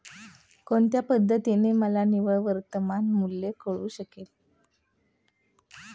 कोणत्या पद्धतीने मला निव्वळ वर्तमान मूल्य कळू शकेल?